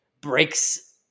breaks